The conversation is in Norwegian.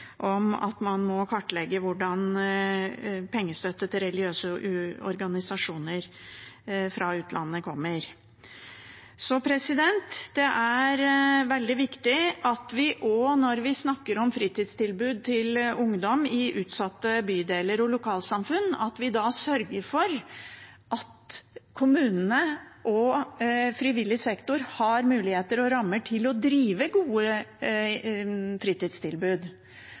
om at man må kartlegge hvordan pengestøtte til religiøse organisasjoner fra utlandet kommer. Det er veldig viktig når vi snakker om fritidstilbud til ungdom i utsatte bydeler og lokalsamfunn at vi sørger for at kommunene og frivillig sektor har muligheter og rammer til å drive gode fritidstilbud,